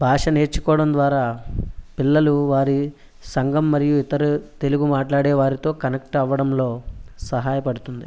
భాష నేర్చుకోవడం ద్వారా పిల్లలు వారి సంగం మరియు ఇతర తెలుగు మాట్లాడే వారితో కనెక్ట్ అవ్వడంలో సహాయపడుతుంది